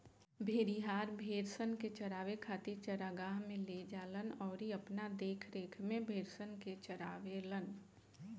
भेड़िहार, भेड़सन के चरावे खातिर चरागाह में ले जालन अउरी अपना देखरेख में भेड़सन के चारावेलन